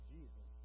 Jesus